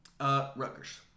Rutgers